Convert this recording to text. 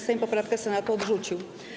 Sejm poprawkę Senatu odrzucił.